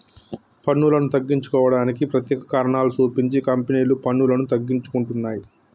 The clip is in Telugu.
పన్నులను తగ్గించుకోవడానికి ప్రత్యేక కారణాలు సూపించి కంపెనీలు పన్నులను తగ్గించుకుంటున్నయ్